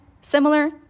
similar